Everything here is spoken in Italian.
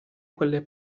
quelle